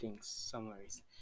Summaries